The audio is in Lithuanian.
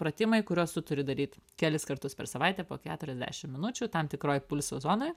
pratimai kuriuos tu turi daryt kelis kartus per savaitę po keturiasdešimt minučių tam tikroj pulso zonoje